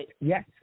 yes